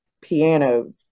Piano